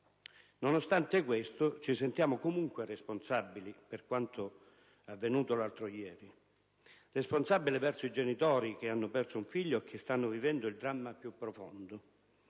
Nonostante questo, ci sentiamo comunque responsabili per quanto avvenuto l'altro ieri. Responsabili verso i genitori che hanno perso un figlio e che stanno vivendo il dramma più profondo;